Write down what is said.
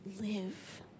live